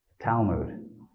Talmud